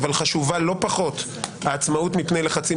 אבל חשובה לא פחות העצמאות מפני לחצים